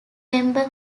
member